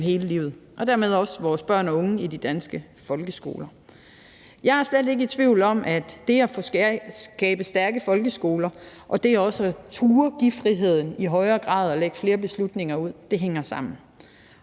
hele livet og dermed også til vores børn og unge i de danske folkeskoler. Jeg er slet ikke i tvivl om, at det at skabe stærke folkeskoler og det i højere grad at turde give frihed og lægge flere beslutninger ud hænger sammen.